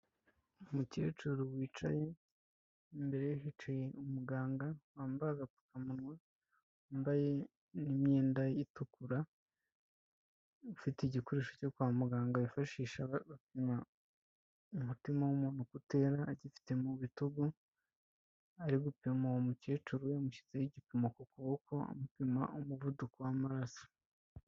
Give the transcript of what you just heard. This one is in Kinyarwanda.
Umukecuru wicaye, imbere ye hicaye umuganga wambaye agapfukamunwa, wambaye n'imyenda itukura ufite igikoresho cyo kwa muganga bifashisha bapima umutima w'umuntu uko utera agifite mu bitugu, ari gupima uwo mukecuru yamushyizeho igipimo ku kuboko, amupima umuvuduko w'amaraso.